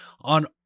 on